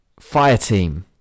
Fireteam